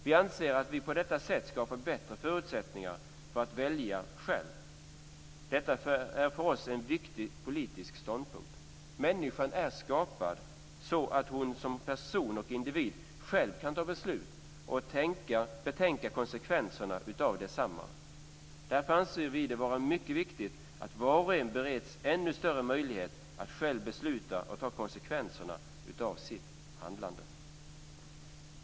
Vi anser att vi på detta sätt skapar bättre förutsättning för att välja själv. Detta är för oss en viktig politisk ståndpunkt. Människan är skapad så att hon som person och individ själv kan fatta beslut och betänka konsekvenserna av desamma. Därför anser vi det vara mycket viktigt att var och en bereds ännu större möjlighet att själv besluta och ta konsekvenserna av sitt handlande.